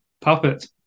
Puppet